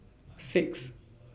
six